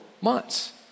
months